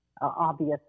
obvious